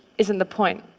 isn't the point.